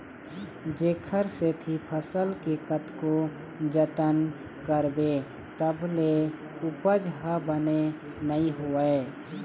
जेखर सेती फसल के कतको जतन करबे तभो ले उपज ह बने नइ होवय